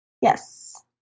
Yes